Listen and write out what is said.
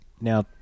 Now